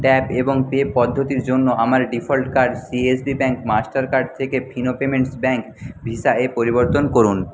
tap এবং pay পদ্ধতির জন্য আমার default card CSB bank Mastercard থেকে ফিনো পেমেন্টস ব্যাঙ্ক ভিসা এ পরিবর্তন করুন